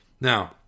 Now